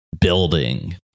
building